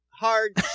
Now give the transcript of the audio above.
hard